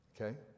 Okay